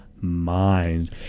Mind